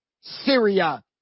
Syria